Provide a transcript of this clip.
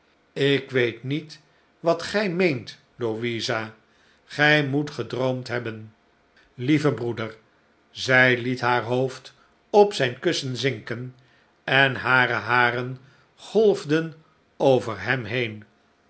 ik weet niet wat gij meent louisa gij moet gedroomd hebben lieve broeder zij liet haar hoofd op zijn kussen zinken en hare haren golfden over hem heen